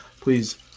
please